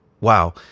wow